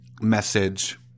message